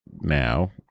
now